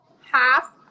half